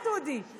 קריאה: מה רע,